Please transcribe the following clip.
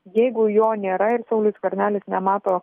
jeigu jo nėra ir saulius skvernelis nemato